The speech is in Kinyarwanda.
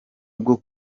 bwo